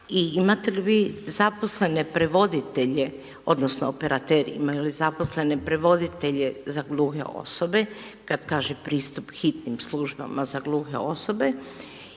I imate li vi zaposlene prevoditelje odnosno operateri, imaju li zaposlene prevoditelje za gluhe osobe kada kaže pristup hitnim službama za gluhe osobe